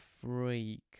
freak